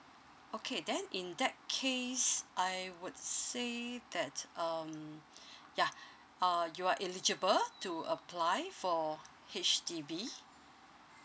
okay then in that case I would say that um yeah uh you are eligible to apply for H_D_B